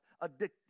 addicted